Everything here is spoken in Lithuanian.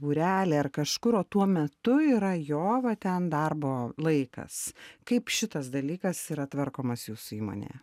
būrelį ar kažkur tuo metu yra jo va ten darbo laikas kaip šitas dalykas yra tvarkomas jūsų įmonėje